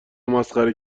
مسخره